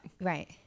Right